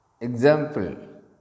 Example